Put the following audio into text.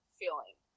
feeling